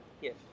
Yes